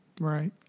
Right